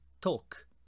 talk